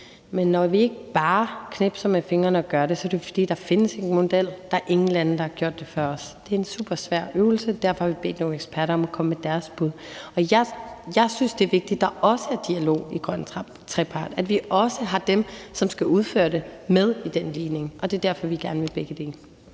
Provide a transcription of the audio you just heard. men når vi ikke bare knipser med fingrene og gør det, er det, fordi der ikke findes nogen model. Der er ingen lande, der har gjort det før os. Det er en supersvær øvelse. Derfor har vi bedt nogle eksperter om at komme med deres bud, og jeg synes, det er vigtigt, at der også er dialog i den grønne trepart, og at vi også har dem, som skal udføre det, med i den ligning, og det er derfor, vi gerne vil begge dele.